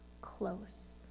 close